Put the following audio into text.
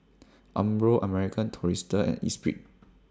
Umbro American Tourister and Esprit